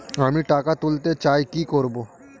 আমি টাকা তুলতে চাই কি করব?